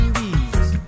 bees